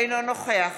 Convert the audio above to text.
אינו נוכח